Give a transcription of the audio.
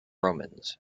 romans